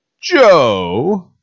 Joe